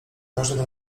każdym